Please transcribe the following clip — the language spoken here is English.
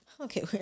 Okay